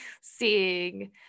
seeing